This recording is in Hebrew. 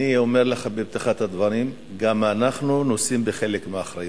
אני אומר לך בפתיחת הדברים: גם אנחנו נושאים בחלק מהאחריות,